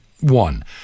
one